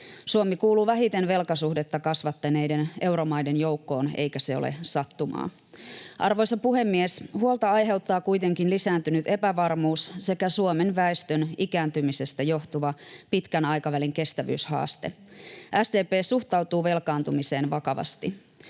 Suomi kuuluu vähiten velkasuhdetta kasvattaneiden euromaiden joukkoon, eikä se ole sattumaa. Arvoisa puhemies! Huolta aiheuttavat kuitenkin lisääntynyt epävarmuus sekä Suomen väestön ikääntymisestä johtuva pitkän aikavälin kestävyyshaaste. SDP suhtautuu velkaantumiseen vakavasti.